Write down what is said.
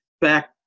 back